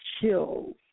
chills